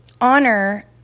honor